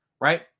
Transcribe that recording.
right